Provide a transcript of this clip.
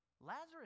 Lazarus